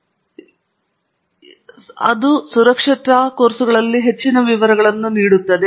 ಮತ್ತು ನಾನು ಹೈಲೈಟ್ ಮಾಡುವ ಕೆಲವು ಅಂಶಗಳು ಇಲ್ಲಿರುವ ಈ ಸಂಕ್ಷಿಪ್ತ ವಿಭಾಗದಲ್ಲಿ ಇವೆಲ್ಲವೂ ಅಲ್ಲಿರುವ ಸುರಕ್ಷತಾ ಕೋರ್ಸುಗಳಲ್ಲಿ ಹೆಚ್ಚಿನ ವಿವರಗಳನ್ನು ವಿವರಿಸುತ್ತವೆ